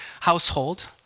household